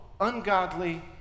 ungodly